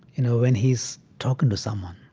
you know, when he's talking to someone.